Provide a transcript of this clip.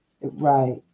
Right